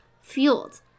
fueled